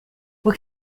what